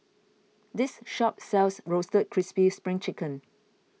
this shop sells Roasted Crispy Spring Chicken